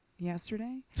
yesterday